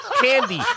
candy